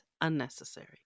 unnecessary